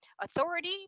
authority